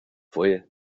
fue